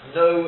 no